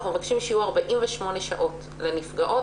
אנחנו מבקשים שיהיו 48 שעות לנפגעות.